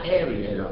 area